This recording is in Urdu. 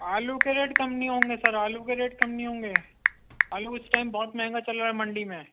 آلو کے ریٹ کم نہیں ہوں گے سر آلو کے ریٹ کم نہیں ہوں گے آلو اِس ٹائم بہت مہنگا چل رہا ہے منڈی میں